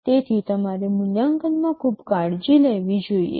તેથી તમારે મૂલ્યાંકનમાં ખૂબ કાળજી લેવી જોઈએ